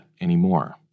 anymore